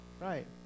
Right